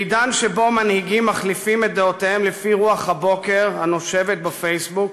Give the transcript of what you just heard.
בעידן שבו מנהיגים מחליפים את דעותיהם לפי רוח הבוקר הנושבת בפייסבוק,